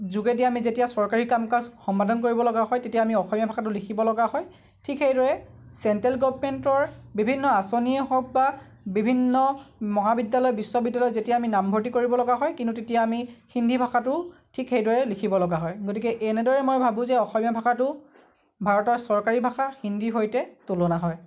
যোগেদি আমি যেতিয়া চৰকাৰী কাম কাজ সম্পাদন কৰিবলগা হয় তেতিয়া আমি অসমীয়া ভাষাটো লিখিব লগা হয় ঠিক সেইদৰে চেনট্ৰেল গৰ্ভনমেন্টৰ বিভিন্ন আঁচনিয়েই হওঁক বা বিভিন্ন মহাবিদ্যালয় বিশ্ববিদ্যালয়ত যেতিয়া আমি নামভৰ্তি কৰিব লগা হয় কিন্তু তেতিয়া আমি হিন্দী ভাষাটো ঠিক সেইদৰে লিখিব লগা হয় গতিকে এনেদৰে মই ভাবোঁ যে অসমীয়া ভাষাটো ভাৰতৰ চৰকাৰী ভাষা হিন্দীৰ সৈতে তুলনা হয়